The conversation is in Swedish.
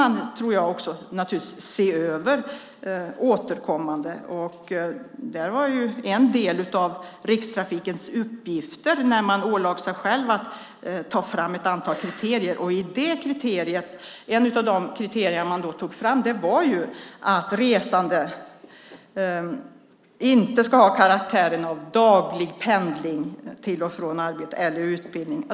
Jag tror att man återkommande ska se över den. Det var en av Rikstrafikens uppgifter när man åtog sig att ta fram ett antal kriterier. Ett av de kriterier man tog fram var att resandet inte ska ha karaktären av daglig pendling till och från arbete eller utbildning.